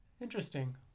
Interesting